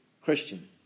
Christian